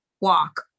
walk